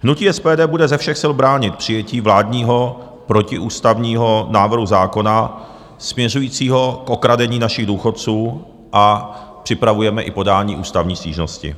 Hnutí SPD bude ze všech sil bránit přijetí vládního protiústavního návrhu zákona směřujícího k okradení našich důchodců a připravujeme i podání ústavní stížnosti.